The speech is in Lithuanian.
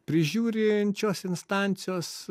prižiūrinčios instancijos